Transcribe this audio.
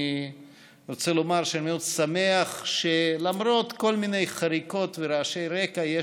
אני רוצה לומר שאני מאוד שמח שלמרות כל מיני חריקות ורעשי רקע יש